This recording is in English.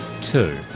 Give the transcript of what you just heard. two